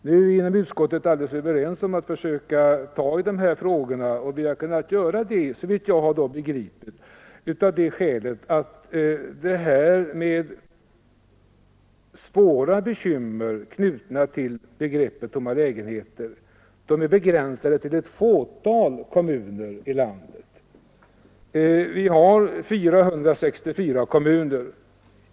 Vi är inom utskottet alldeles överens om att försöka ta i de här frågorna, och vi kan göra det — såvitt jag har begripit — av det skälet att de verkligt svåra bekymren, knutna till begreppet tomma lägenheter, är begränsade till ett fåtal kommuner i landet. Vi har 464 kommuner.